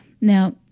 Now